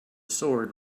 sword